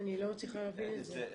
אני לא מצליחה להבין את זה.